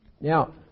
Now